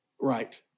Right